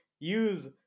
use